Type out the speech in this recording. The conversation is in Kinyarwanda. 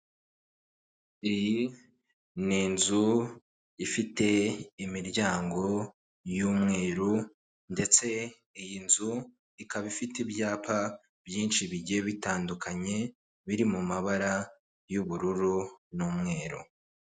Iyi ni inzu ifite imiryango y'umweru, ndetse iyi nzu ikaba ifite ibyapa byinshi bigiye bitandukanye, biri mu mabara y'ubururu n'umweru.